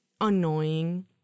annoying